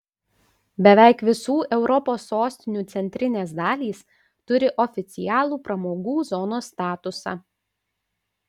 beveik visų europos sostinių centrinės dalys turi oficialų pramogų zonos statusą